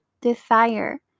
desire